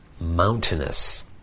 mountainous